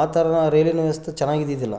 ಆ ಥರ ರೈಲಿನ ವ್ಯವಸ್ಥೆ ಚೆನ್ನಾಗಿದ್ದಿದ್ದಿಲ್ಲ